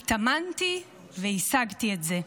התאמנתי והשגתי את זה.